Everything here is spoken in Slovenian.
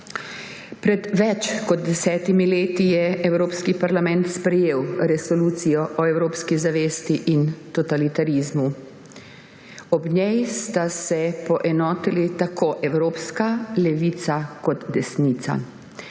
Pred več kot 10 leti je Evropski parlament sprejel Resolucijo o evropski zavesti in totalitarizmu. Ob njej sta se poenotili tako evropska levica kot desnica,